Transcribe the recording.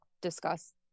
discuss